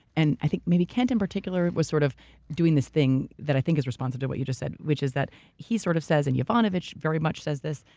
and i think maybe kent in particular was sort of doing this thing that i think is responsive to what you just said, which is that he sort of says, and yovanovitch very much says this,